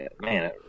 man